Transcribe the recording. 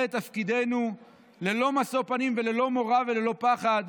את תפקידנו ללא משוא פנים וללא מורא וללא פחד,